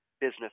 business